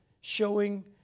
showing